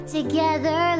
Together